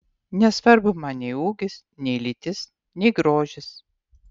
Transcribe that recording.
nesvarbu man nei ūgis nei lytis nei grožis